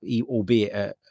albeit